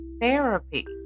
therapy